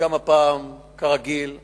וגם הפעם כרגיל הופעת,